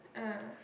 ah